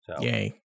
yay